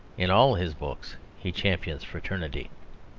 in all his books he champions fraternity.